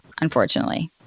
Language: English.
unfortunately